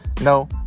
No